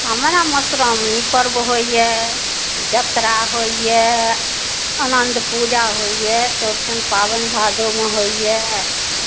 हमरा मधुश्रावणी पर्व होइए जतरा होइए आनन्द पूजा होइए चौरचन पाबनि भादोमे होइए